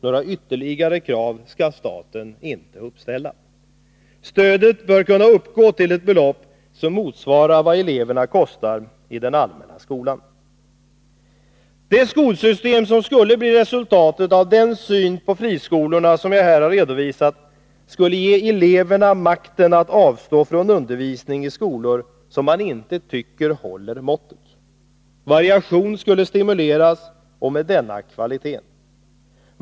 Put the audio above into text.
Några ytterligare krav skall staten inte uppställa. Stödet bör kunna uppgå till ett belopp som motsvarar vad eleverna kostar i den allmänna skolan. Det skolsystem som skulle bli resultatet av den syn på friskolorna som jag här har redovisat skulle ge eleverna makten att avstå från undervisning i skolor som man inte tycker håller måttet. Variationen skulle stimuleras och med denna kvaliteten.